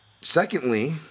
Secondly